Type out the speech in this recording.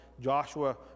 Joshua